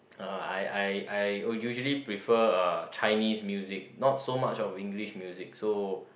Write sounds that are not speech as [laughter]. uh I I I [noise] usually prefer uh Chinese music not so much of English music so